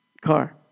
car